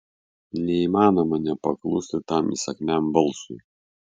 neįmanoma nepaklusti tam įsakmiam balsui